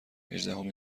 هجدهمین